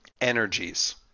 energies